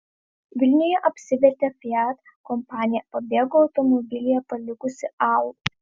vilniuje apsivertė fiat kompanija pabėgo automobilyje palikusi alų